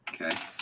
Okay